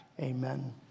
Amen